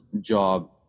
job